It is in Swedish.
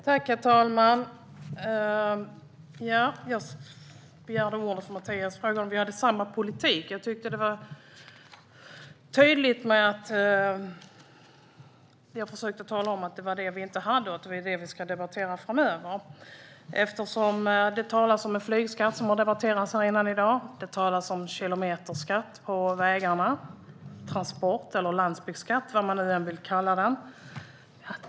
Herr talman! Jag begärde ordet därför att Mattias frågade om vi har samma politik. Jag tyckte att jag var tydlig när jag försökte att tala om att det var det som vi inte hade och att vi ska debattera det framöver. Här har i dag debatterats flygskatt och kilometerskatt på vägarna - transportskatt eller landsbygdsskatt, vad man nu vill kalla det.